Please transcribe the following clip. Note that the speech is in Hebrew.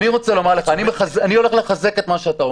אני רוצה לומר לך, אני הולך לחזק את מה שאתה אומר.